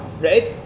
Right